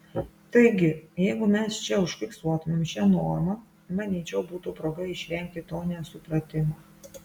taigi jeigu mes čia užfiksuotumėm šią normą manyčiau būtų proga išvengti to nesupratimo